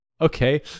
Okay